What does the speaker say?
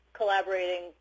collaborating